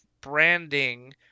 branding